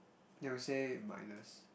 then you say minus